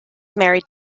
married